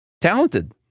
talented